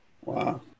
Wow